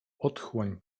otchłań